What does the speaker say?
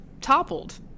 toppled